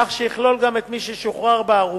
כך שיכלול גם את מי ששוחרר בערובה